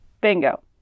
Bingo